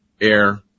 air